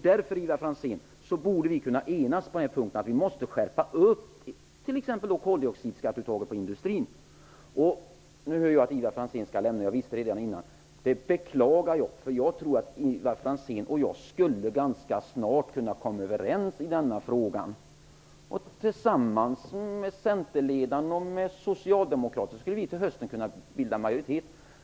Därför borde vi, Ivar Franzén, kunna enas på denna punkt. Vi måste skärpa t.ex. koldioxidskatteuttaget i industrin. Jag vet att Ivar Franzén skall lämna riksdagen. Det beklagar jag, för jag tror att vi ganska snart skulle komma överens i denna fråga och tillsammans med Centern och Socialdemokraterna till hösten bilda majoritet.